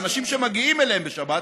האנשים שמגיעים אליהם בשבת,